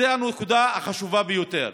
זו הנקודה החשובה ביותר: